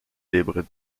libre